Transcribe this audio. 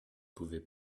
pouvez